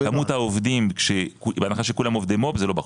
כמות העובדים בהנחה שכולם עובדי מו"פ זה לא בחוק.